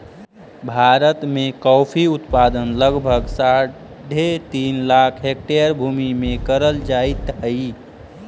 भारत में कॉफी उत्पादन लगभग साढ़े तीन लाख हेक्टेयर भूमि में करल जाइत हई